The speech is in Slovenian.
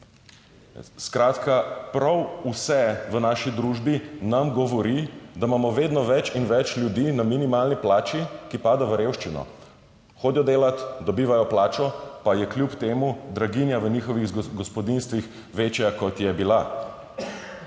Skratka, prav vse v naši družbi nam govori, da imamo vedno več in več ljudi na minimalni plači, ki padejo v revščino. Hodijo delat, dobivajo plačo, pa je kljub temu draginja v njihovih gospodinjstvih večja, kot je bila.